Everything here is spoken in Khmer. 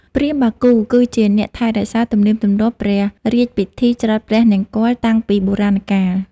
ព្រាហ្មណ៍បាគូ គឺជាអ្នកថែរក្សាទំនៀមទម្លាប់ព្រះរាជពិធីច្រត់ព្រះនង្គ័លតាំងពីបុរាណកាល។